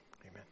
amen